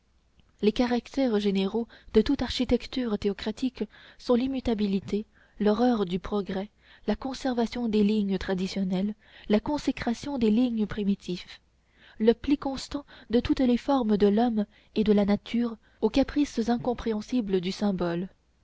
les caractères généraux de toute architecture théocratique sont l'immutabilité l'horreur du progrès la conservation des lignes traditionnelles la consécration des types primitifs le pli constant de toutes les formes de l'homme et de la nature aux caprices incompréhensibles du symbole